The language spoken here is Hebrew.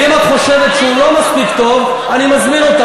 ואם את חושבת שהוא לא מספיק טוב אני מזמין אותך,